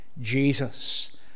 Jesus